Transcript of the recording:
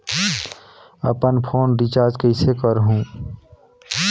अपन phone recharge कइसे करहु?